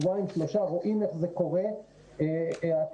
רואים איך זה קורה במשך שבוע,